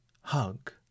hug